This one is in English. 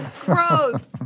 Gross